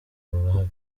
barahari